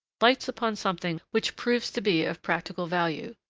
lights upon something which proves to be of practical value.